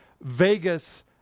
Vegas